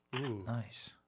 Nice